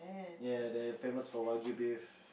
ya they're famous for Wangyu beef